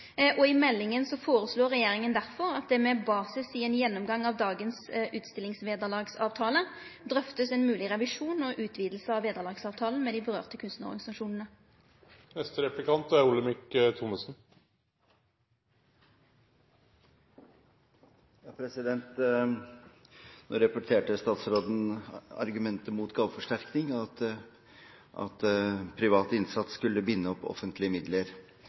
I meldinga foreslår regjeringa derfor at ein med basis i ein gjennomgang av dagens utstillingsvederlagsavtale drøftar ein mogleg revisjon og ei mogleg utviding av vederlagsavtalen med dei kunstnarorganisasjonane det gjeld. Nå repeterte statsråden argumentet mot gaveforsterkning – at privat innsats skulle binde opp